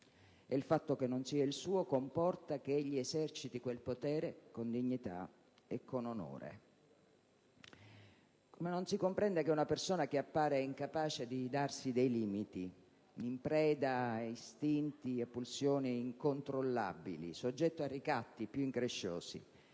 e il fatto che non sia il suo comporta che egli eserciti quel potere con dignità e con onore. Come non si comprende che una persona che appare incapace di darsi dei limiti, in preda a istinti e pulsioni incontrollabili, soggetta ai ricatti più incresciosi,